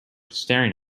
staring